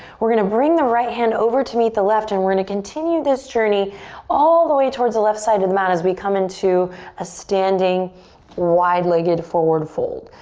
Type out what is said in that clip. we're gonna bring the right hand over to meet the left and we're gonna continue this journey all the way towards the left side of the mat as we come into a standing wide-legged forward fold.